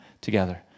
together